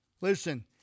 listen